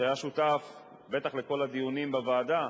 שהיה שותף בטח לכל הדיונים בוועדה,